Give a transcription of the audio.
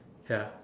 ya